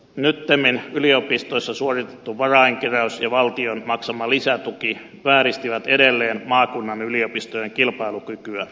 nyttemmin yliopistoissa suoritettu varainkeräys ja valtion maksama lisätuki vääristivät edelleen maakunnan yliopistojen kilpailukykyä